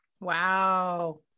Wow